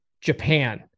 Japan